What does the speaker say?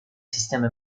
sistema